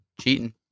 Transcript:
cheating